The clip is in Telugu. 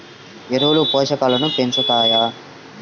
ఎరువులు పోషకాలను పెంచుతాయా?